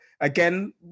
Again